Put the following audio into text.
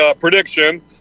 prediction